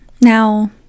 now